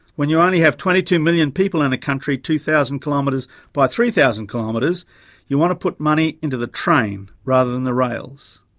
when you only have twenty two million people in a country two thousand kilometres by three thousand kilometres you want to put money into the train, rather than the rails.